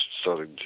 starting